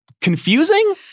confusing